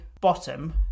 Bottom